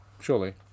surely